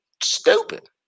stupid